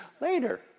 later